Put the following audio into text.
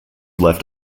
left